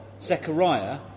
Zechariah